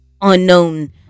unknown